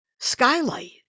skylight